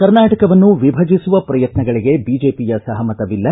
ಕರ್ನಾಟಕವನ್ನು ವಿಭಜಿಸುವ ಪ್ರಯತ್ನಗಳಿಗೆ ಬಿಜೆಪಿಯ ಸಹಮತವಿಲ್ಲ